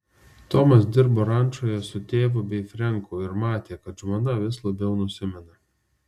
tomas dirbo rančoje su tėvu bei frenku ir matė kad žmona vis labiau nusimena